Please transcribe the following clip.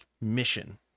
mission